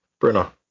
Bruno